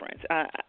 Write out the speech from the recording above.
difference